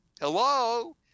Hello